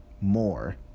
more